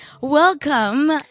Welcome